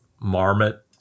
marmot